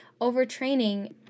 overtraining